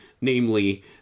Namely